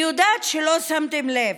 אני יודעת שלא שמתם לב,